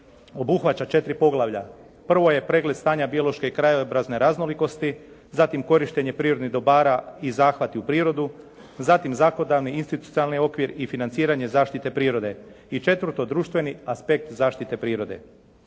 obuhvaća 4 poglavlja. Prvo je pregled stanja biološke i kajobrazne raznolikosti, zatim korištenje prirodnih dobara i zahvati u prirodu, zatim zakonodavni i institucionalni okvir i financiranje zaštite prirode i četvrto društveni aspekt zaštite prirode.